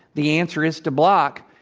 the answer is to block,